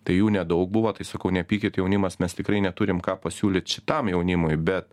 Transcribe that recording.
tai jų nedaug buvo tai sakau nepykit jaunimas mes tikrai neturim ką pasiūlyt šitam jaunimui bet